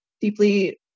deeply